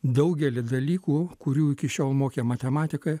daugelį dalykų kurių iki šiol mokė matematika